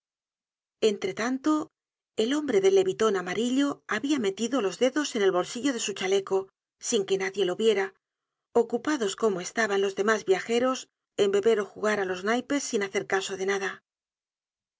entre tanto el hombre del leviton amarillo habia metido los dedos en el bolsillo de su chaleco sin que nadie lo viera ocupados como estaban los demás viajeros en beber ó jugar á los naipes sin hacer caso de nada